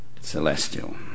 celestial